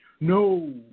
No